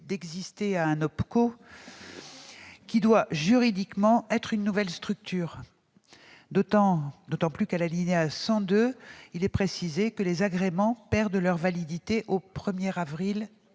d'exister à un OPCO, qui doit juridiquement être une nouvelle structure, d'autant que l'alinéa 102 précise que les agréments perdront leur validité au 1 avril 2019